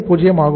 50 ஆகும்